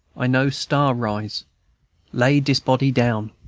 i know star-rise lay dis body down.